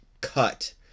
cut